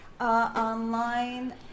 Online